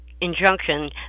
injunction